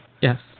Yes